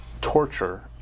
torture